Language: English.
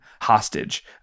hostage